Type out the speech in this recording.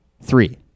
Three